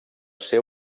ser